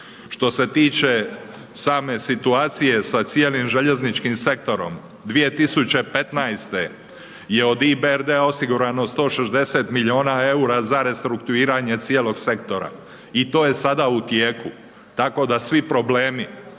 Što se tiče same situacije sa cijelim željezničkim sektorom, 2015. je od IBRD-a osigurano 160 milijuna EUR-a za restrukturiranje cijelog sektora, i to je sada u tijeku, tako da svi problemi